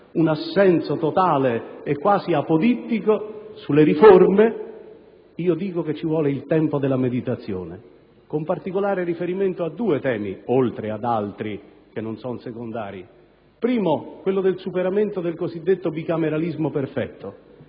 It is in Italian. un assenso totale e quasi apodittico, dico che ci vuole il tempo della meditazione, con particolare riferimento a due temi, oltre ad altri che non sono secondari. Mi riferisco, in primo luogo, al superamento del cosiddetto bicameralismo perfetto.